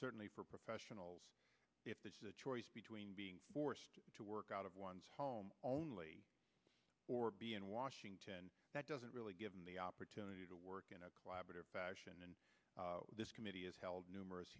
certainly for professionals if there's a choice between being forced to work out of one's home only or be in washington that doesn't really give him the opportunity to work in a collaborative fashion and this committee is held numerous